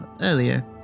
earlier